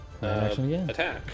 Attack